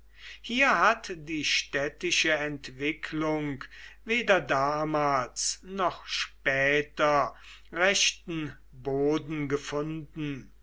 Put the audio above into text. hier hat die städtische entwicklung weder damals noch später rechten boden gefunden